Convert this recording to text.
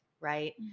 right